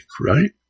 right